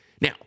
Now